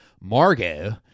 Margot